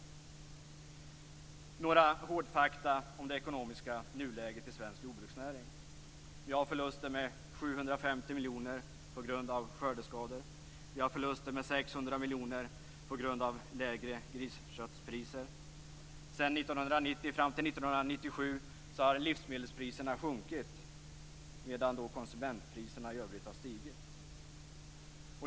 Här är några hårdfakta om det ekonomiska nuläget i svensk jordbruksnäring: Vi har förluster på 750 miljoner kronor på grund av skördeskador. Vi har förluster med 600 miljoner kronor på grund av lägre grisköttspriser. Från 1990 till 1997 har livsmedelspriserna sjunkit medan konsumentpriserna i övrigt har stigit.